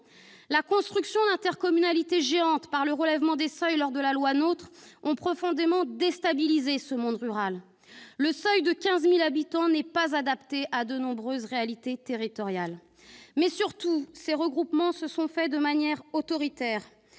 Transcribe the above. La construction d'intercommunalités géantes par le relèvement des seuils posé dans la loi NOTRe a profondément déstabilisé le monde rural. Le seuil de 15 000 habitants n'est pas adapté à de nombreuses réalités territoriales. Surtout, ces regroupements se sont opérés de manière autoritaire.